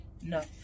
no